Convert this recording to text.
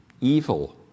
evil